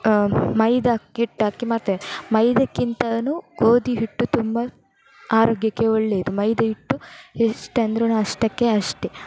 ಮೈದಾ ಅಕ್ಕಿ ಹಿಟ್ಟಾಕಿ ಮಾಡ್ತೇವೆ ಮೈದಕ್ಕಿಂತಲೂ ಗೋಧಿಹಿಟ್ಟು ತುಂಬ ಆರೋಗ್ಯಕ್ಕೆ ಒಳ್ಳೆಯದು ಮೈದಾಹಿಟ್ಟು ಎಷ್ಟೆಂದ್ರೂ ಅಷ್ಟಕ್ಕೆ ಅಷ್ಟೇ